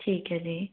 ਠੀਕ ਹੈ ਜੀ